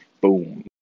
Boom